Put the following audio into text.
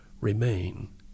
remain